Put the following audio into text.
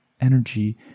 energy